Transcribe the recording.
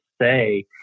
say